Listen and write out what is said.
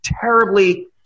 terribly